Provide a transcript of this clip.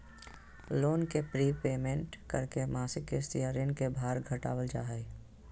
loan के prepayment करके मासिक किस्त या ऋण के भार घटावल जा हय